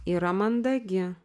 yra mandagi